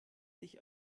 sich